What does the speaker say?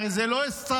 הרי זה לא אסטרטגי.